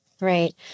Right